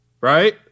right